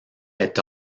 est